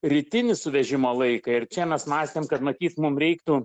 rytinį suvežimo laiką ir čia mes mąstėm kad matyt mum reiktų